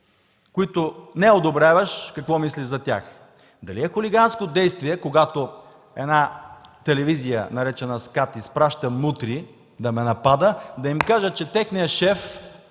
които не одобряваш, какво мислиш за тях, дали е хулиганско действие, когато една телевизия, наречена „СКАТ”, изпраща мутри да ме нападат, да им кажа, че техният шеф